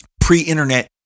Pre-internet